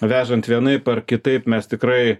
vežant vienaip ar kitaip mes tikrai